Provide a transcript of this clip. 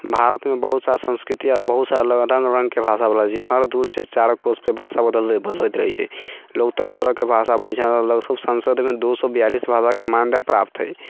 भारतमे बहुत सारा संस्कृति अछि आओर बहुत सारा रङ्ग रङ्गके भाषा बोलल जाइ छै हर दूसँ चारि कोसपर भाषा बदलि बदलैत रहै छै लोक तरह तरहके भाषा बजै छै संसदमे दू सए बिआलिस भाषाके मान्यता प्राप्त हइ